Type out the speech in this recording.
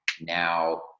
now